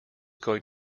going